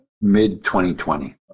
mid-2020